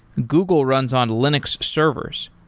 google runs on linux servers.